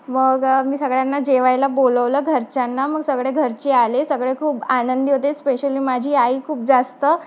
मग मी सगळ्यांना जेवायला बोलवलं घरच्यांना मग सगळे घरचे आले सगळे खूप आनंदी होते स्पेशली माझी आई खूप जास्त